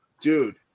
dude